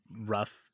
rough